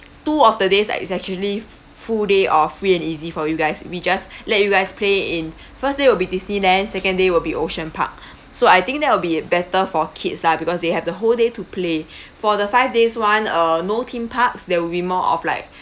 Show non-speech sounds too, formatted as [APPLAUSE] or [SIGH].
two of the days like it's actually full day of free and easy for you guys we just let you guys play in first day will be Disneyland second day will be ocean park so I think that will be better for kids lah because they have the whole day to play [BREATH] for the five days [one] uh no theme parks there will be more of like